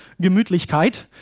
Gemütlichkeit